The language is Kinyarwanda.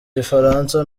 gifaransa